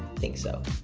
think so.